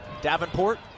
Davenport